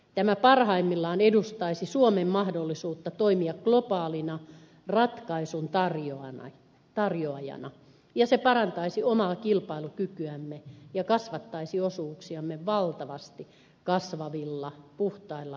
tämä parhaimmillaan edustaisi suomen mahdollisuutta toimia globaalina ratkaisun tar joajana ja se parantaisi omaa kilpailukykyämme ja kasvattaisi osuuksiamme valtavasti kasvavilla puhtailla energiamarkkinoilla